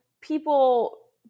people –